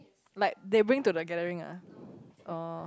like they bring to the gathering ah oh